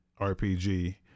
RPG